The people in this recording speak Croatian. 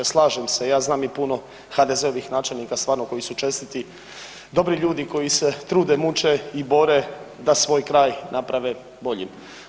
Slažem se, ja znam i puno HDZ-ovih načelnika stvarno koji su čestiti, dobri ljudi koji se trude, muče i bore da svoj kraj naprave boljim.